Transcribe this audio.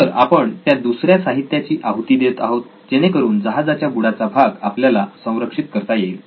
तर आपण त्या दुसऱ्या साहित्याची आहुती देत आहोत जेणेकरून जहाजाच्या बुडाचा भाग आपल्याला संरक्षित करता येईल